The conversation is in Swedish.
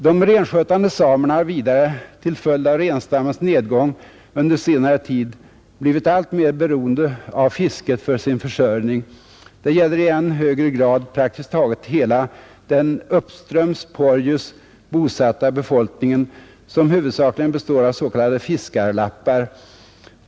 De renskötande samerna har vidare till följd av renstammens nedgång under senare tid blivit alltmer beroende av fisket för sin försörjning. Det gäller i än högre grad praktiskt taget hela den uppströms Porjus bosatta befolkningen, som huvudsakligen består av så kallade fiskarlappar.